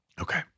Okay